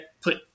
put